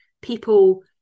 people